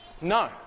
No